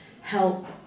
help